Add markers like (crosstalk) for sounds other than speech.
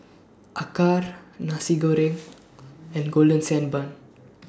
Acar Nasi Goreng and Golden Sand Bun (noise)